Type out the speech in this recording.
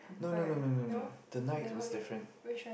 no no no no no no the night was different